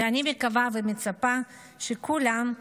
ואני מקווה ומצפה שכולם,